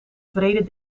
wrede